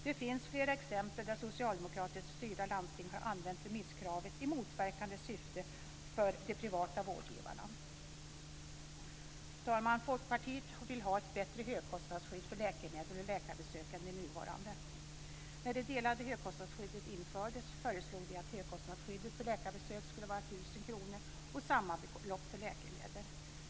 Det finns flera exempel där socialdemokratiskt styrda landsting har använt remisskravet i motverkande syfte för de privata vårdgivarna. Fru talman! Folkpartiet vill ha ett bättre högkostnadsskydd för läkemedel och läkarbesök än det nuvarande. När det delade högkostnadsskyddet infördes föreslog vi att högkostnadsskyddet för läkarbesök skulle vara 1 000 kr, och samma belopp skulle gälla för läkemedel.